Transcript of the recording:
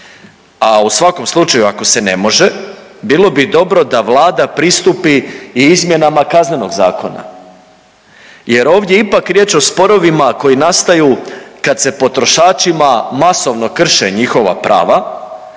a u svakom slučaju, ako se ne može, bilo bi dobro da Vlada pristupi i izmjenama Kaznenog zakona jer ovdje je ipak riječ o sporovima koji nastaju kad se potrošačima masovno krše njihova prava,